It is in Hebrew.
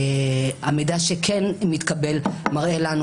המידע שכן מתקבל מראה לנו,